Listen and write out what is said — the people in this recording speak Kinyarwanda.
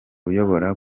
uyobora